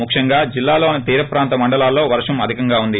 ముఖ్యంగా జిల్లాలోని తీర ప్రాంత మండలాల్లో వర్షం అధికంగా ఉంది